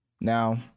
Now